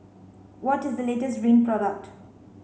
what is the latest Rene product